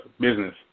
business